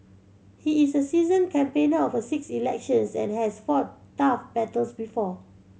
he is a seasoned campaigner of six elections and has fought tough battles before